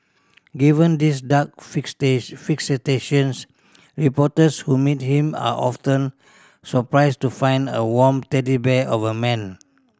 given these dark fixations reporters who meet him are often surprised to find a warm teddy bear of a man